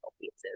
pieces